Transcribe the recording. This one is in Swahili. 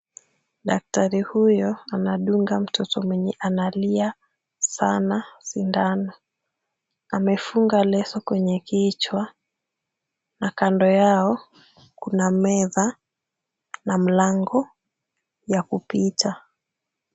Daktari huyo anadungwa mtoto mwenye analia sana sindano. Amefunga leso kwenye kichwa na kando yao kuna meza na mlango ya kupita.